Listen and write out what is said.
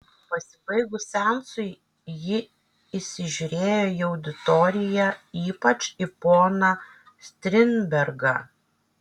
pasibaigus seansui ji įsižiūrėjo į auditoriją ypač į poną strindbergą